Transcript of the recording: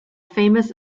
famous